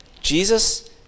Jesus